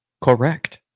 Correct